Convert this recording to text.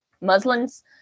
Muslims